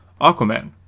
Aquaman